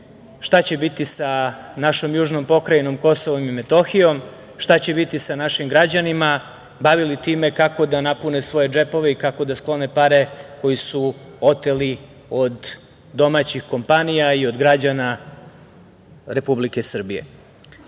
šta će biti sa našom južnom pokrajinom Kosovom i Metohijom, šta će biti sa našim građanima, bavili time kako da napune svoje džepove i kako da sklone pare koji su oteli od domaćih kompanija i od građana Republike Srbije. Ono